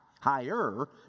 higher